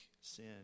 Sin